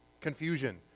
confusion